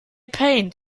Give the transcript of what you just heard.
paint